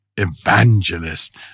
Evangelist